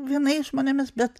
vienais žmonėmis bet